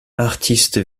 artiste